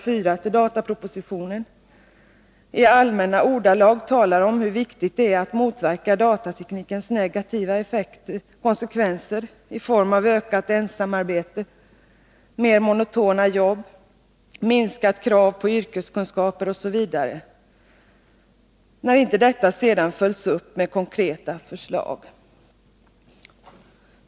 4 till datapropositionen i allmänna ordalag talar om hur viktigt det är att motverka datateknikens negativa konsekvenser i form av ökat ensamarbete, mer monotona jobb, minskade krav på yrkeskunskaper osv., när detta sedan inte följs upp med konkreta förslag.